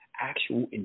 actual